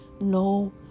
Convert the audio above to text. no